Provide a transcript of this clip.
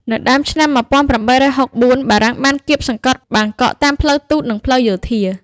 នៅដើមឆ្នាំ១៨៦៤ បារាំងបានគាបសង្កត់បាងកកតាមផ្លូវទូតនិងផ្លូវយោធា។